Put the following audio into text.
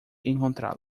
encontrá